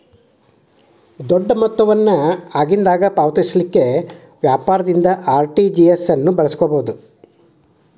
ದೊಡ್ಡ ಮೊತ್ತ ವನ್ನ ಆಗಿಂದಾಗ ಪಾವತಿಸಲಿಕ್ಕೆ ವ್ಯಾಪಾರದಿಂದ ಆರ್.ಟಿ.ಜಿ.ಎಸ್ ಅನ್ನು ಬಳಸ್ಕೊಬೊದು